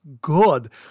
good